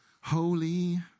Holy